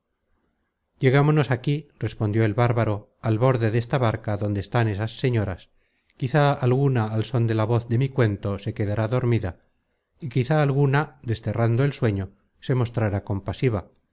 lleguémonos aquí respondió el bárbaro al borde desta barca donde están esas señoras quizá alguna al són de la content from google book search generated at voz de mi cuento se quedará dormida y quizá alguna desterrando el sueño se mostrará compasiva